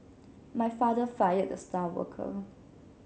my father fired the star worker